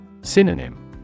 Synonym